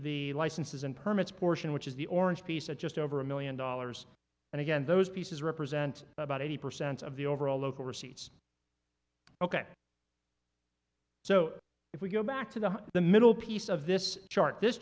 the licenses and permits portion which is the orange piece of just over a million dollars and again those pieces represent about eighty percent of the overall local receipts ok so if we go back to the the middle piece of this chart this